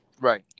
Right